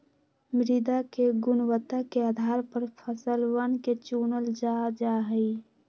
मृदा के गुणवत्ता के आधार पर फसलवन के चूनल जा जाहई